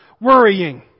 worrying